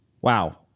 Wow